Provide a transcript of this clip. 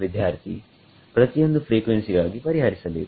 ವಿದ್ಯಾರ್ಥಿಪ್ರತಿಯೊಂದು ಫ್ರೀಕ್ವೆನ್ಸಿಗಾಗಿ ಪರಿಹರಿಸಬೇಕು